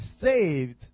saved